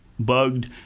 bugged